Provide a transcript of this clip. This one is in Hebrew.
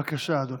בבקשה אדוני.